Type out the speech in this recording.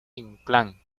inclán